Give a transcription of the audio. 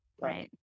right